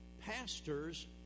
pastors